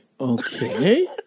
okay